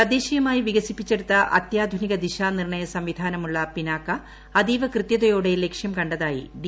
തദ്ദേശീയമായി വികസിപ്പിച്ചെടുത്ത അത്യാധുനിക ദിശാനിർണ്ണയ സംവിധാനമുള്ള പിനാക്ക അതീവ കൃത്യതയോടെ ലക്ഷ്യം ക തായി ഡി